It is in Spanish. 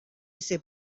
ese